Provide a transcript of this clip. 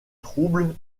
troubles